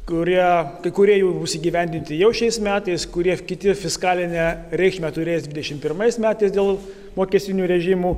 kurie kai kurie jau bus įgyvendinti jau šiais metais kurie kiti fiskalinę reikšmę turės dvidešimt pirmais metais dėl mokestinių režimų